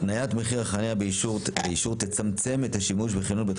התניית מחיר החניה באישור תצמצם את השימוש בחניון בית